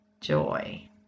joy